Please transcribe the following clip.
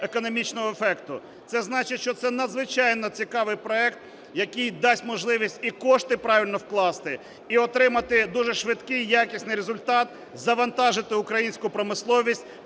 економічного ефекту. Це значить, що це надзвичайно цікавий проект, який дасть можливість і кошти правильно вкласти, і отримати дуже швидкий і якісний результат, завантажити українську промисловість,